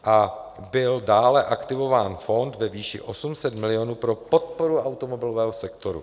Dále byl aktivován fond ve výši 800 milionů pro podporu automobilového sektoru.